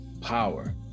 Power